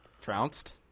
Trounced